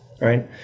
Right